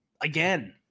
Again